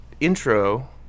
intro